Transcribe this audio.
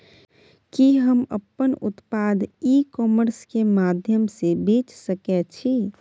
कि हम अपन उत्पाद ई कॉमर्स के माध्यम से बेच सकै छी?